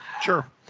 Sure